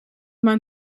mijn